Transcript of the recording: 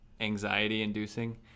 anxiety-inducing